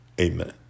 amen